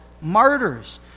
martyrs